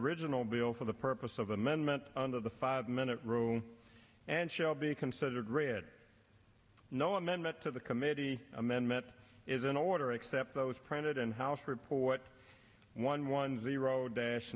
original bill for the purpose of amendment under the five minute rule and shall be considered read no amendment to the committee amendment is in order except those printed and house report one one zero dash